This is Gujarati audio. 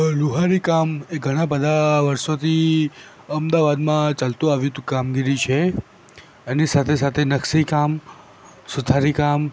લુહારી કામ એ ઘણાં બધા વર્ષોથી અમદાવાદમાં ચાલતું આવ્યું હતું કામગીરી છે એની સાથે સાથે નક્શીકામ સુથારીકામ